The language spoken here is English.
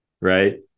right